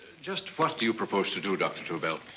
just what do you propose to do, dr. tobel.